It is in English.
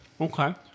Okay